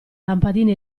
lampadina